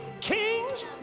kings